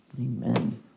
Amen